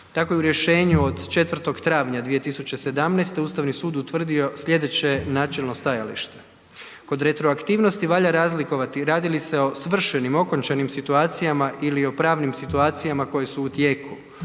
Tako je u rješenju od 4. travnja 2017. Ustavni sud utvrdio slijedeće načelno stajalište. Kod retroaktivnosti valja razlikovati radi li se o svršenim okončanim situacijama ili o pravnim situacijama koje su u tijeku.